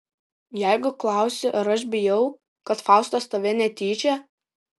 jeigu klausi ar aš bijau kad faustas tave netyčia